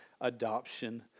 adoption